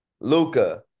Luca